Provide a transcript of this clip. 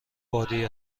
بادی